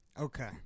Okay